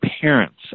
parents